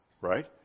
Right